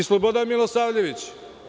I Slobodan Milisavljević?